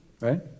Right